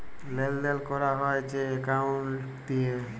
লেলদেল ক্যরা হ্যয় যে একাউল্ট দিঁয়ে